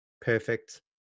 perfect